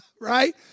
right